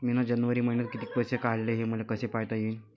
मिन जनवरी मईन्यात कितीक पैसे काढले, हे मले कस पायता येईन?